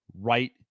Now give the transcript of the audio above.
right